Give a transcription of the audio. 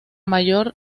mayor